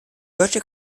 deutsche